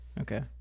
Okay